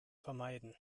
vermeiden